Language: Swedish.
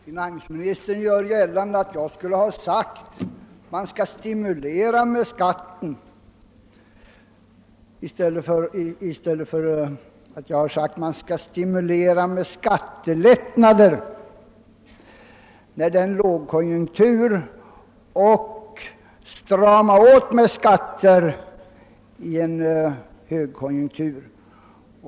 Herr talman! Finansministern gör gällande att jag skulle ha sagt att skatten endast skulle användas i stimulerande syfte. Verkliga förhållandet är ju att jag sagt att man skall stimulera med skattelättnader i en lågkonjunktur och strama åt med skatter i en högkonjunktur.